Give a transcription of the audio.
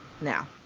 now